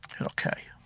hit ok.